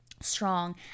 strong